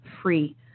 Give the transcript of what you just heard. free